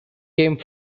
came